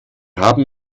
haben